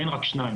ואין רק שניים,